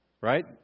right